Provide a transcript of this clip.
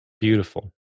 Beautiful